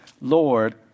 Lord